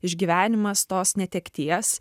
išgyvenimas tos netekties